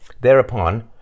Thereupon